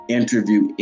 interview